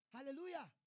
Hallelujah